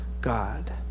God